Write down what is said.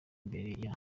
mbere